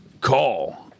call